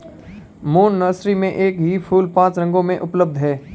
moon nursery में एक ही फूल पांच रंगों में उपलब्ध है